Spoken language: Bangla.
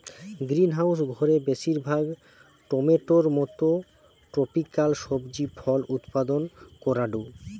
গ্রিনহাউস ঘরে বেশিরভাগ টমেটোর মতো ট্রপিকাল সবজি ফল উৎপাদন করাঢু